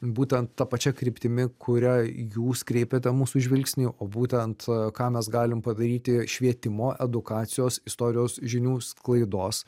būtent ta pačia kryptimi kurioj jūs kreipiate mūsų žvilgsnį o būtent ką mes galim padaryti švietimo edukacijos istorijos žinių sklaidos